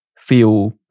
feel